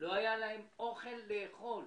לא היה להם אוכל לאכול.